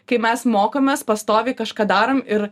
kai mes mokomės pastoviai kažką darom ir